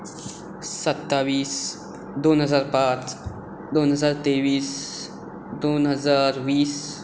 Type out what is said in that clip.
सत्तावीस दोन हजार पांच दोन हजार तेवीस दोन हजार वीस